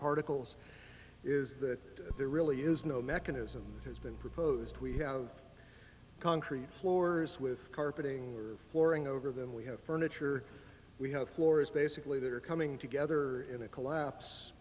particles is that there really is no mechanism has been proposed we have concrete floors with carpeting or flooring over them we have furniture we have floors basically that are coming together in a collapse